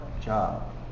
job